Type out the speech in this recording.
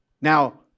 Now